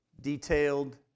detailed